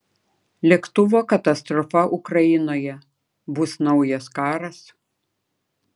lėktuvo katastrofa ukrainoje bus naujas karas